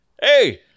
hey